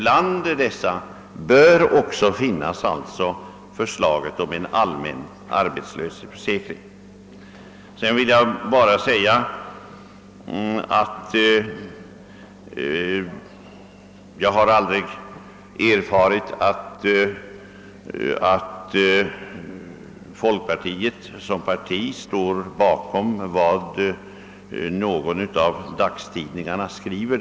Jag har aldrig varit med om att folkpartiet som parti står bakom vad någon av dagstidningarna skriver.